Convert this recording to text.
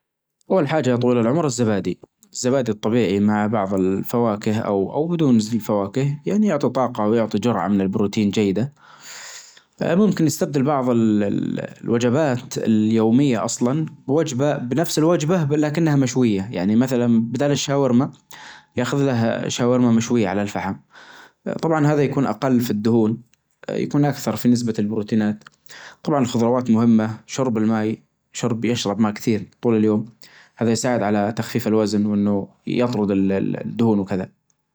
اول حاجة يا طويل العمر الزبادي الزبادي الطبيعي مع بعظ الفواكه او او بدون فواكه يعني يعطي طاقة او يعطي جرعة من البروتين جيدة ممكن يستبدل بعظ الوجبات اليومية اصلا بوجبة بنفس الوجبة لكنها مشوية يعني مثلا بدال الشاورما ياخذ له شاورما مشوية على الفحم. طبعا هذا يكون اقل في الدهون. يكون اكثر في نسبة البروتينات. طبعا الخظروات مهمة شرب الماي. شرب يشرب ما كثير طول اليوم. هذا يساعد على تخفيف الوزن وانه يطرد الدهون وكذا